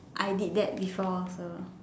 I did that before also